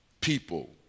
people